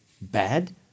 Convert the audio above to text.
bad